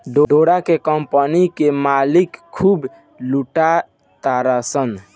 डोरा के कम्पनी के मालिक खूब लूटा तारसन